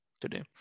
today